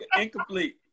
incomplete